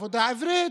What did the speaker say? לעבודה עברית,